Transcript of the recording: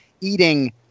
eating